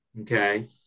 okay